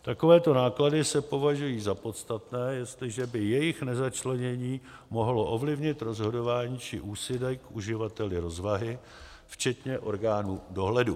Takovéto náklady se považují za podstatné, jestliže by jejich nezačlenění mohlo ovlivnit rozhodování či úsudek uživatelů rozvahy, včetně orgánů dohledu.